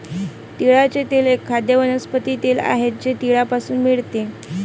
तिळाचे तेल एक खाद्य वनस्पती तेल आहे जे तिळापासून मिळते